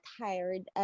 hired